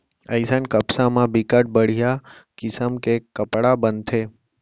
अइसन कपसा म बिकट बड़िहा किसम के कपड़ा बनथे